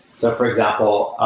so for example,